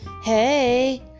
Hey